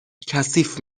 کثیف